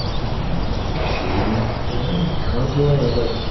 do you want any, like shading? do you want any contouring? i was like,